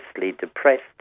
depressed